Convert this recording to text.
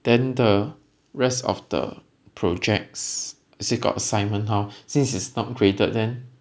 then the rest of the projects still got assignment how since it's not graded then